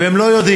והם לא יודעים,